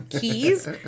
keys